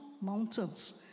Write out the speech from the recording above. mountains